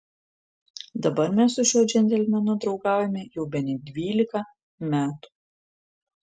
dabar mes su šiuo džentelmenu draugaujame jau bene dvylika metų